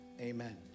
amen